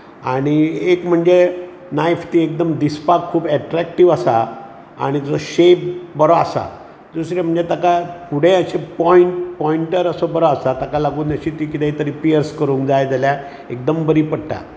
आनी एक म्हणजे नायफ ती एकदम दिसपाक खूब अक्ट्रैक्टिव आसा आनी जो शेप बरो आसा दुसरें म्हणजे ताका फुडें अशें पॉयंट पॉयंटर असो बरो आसा ताका लागून अशी ती कितेंय तरी ती पियर्स करूंक जाय जाल्यार एकदम बरी पडटा